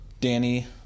Danny